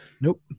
nope